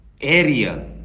area